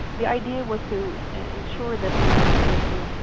the idea was to ensure that the netherlands would be,